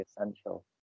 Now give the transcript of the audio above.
essential